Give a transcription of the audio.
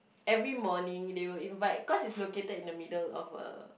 every morning they will invite cause is located in the middle of a